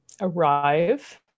arrive